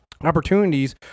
opportunities